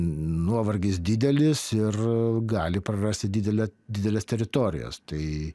nuovargis didelis ir gali prarasti didelę dideles teritorijas tai